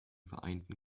vereinigten